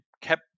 kept